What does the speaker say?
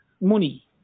money